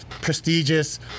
prestigious